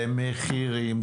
זה מחירים,